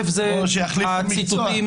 מקצוע.